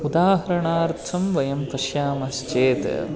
उदाहरणार्थं वयं पश्यामश्चेत्